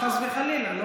חס ושלום, חס וחלילה.